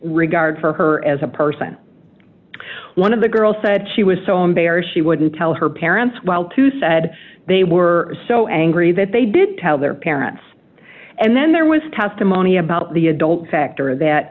regard for her as a person one of the girl said she was so embarrassed she wouldn't tell her parents while two said they were so angry that they didn't tell their parents and then there was testimony about the adult factor that